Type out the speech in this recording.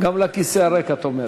גם לכיסא הריק, את אומרת.